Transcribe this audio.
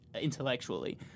intellectually